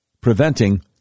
preventing